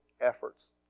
efforts